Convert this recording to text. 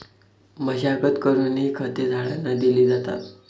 मशागत करूनही खते झाडांना दिली जातात